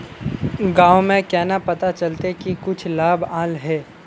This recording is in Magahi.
गाँव में केना पता चलता की कुछ लाभ आल है?